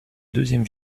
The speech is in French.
deuxième